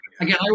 Again